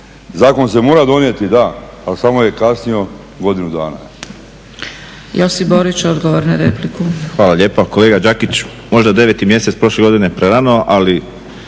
Zakon se mora donijeti, da, ali samo je kasnio godinu dana.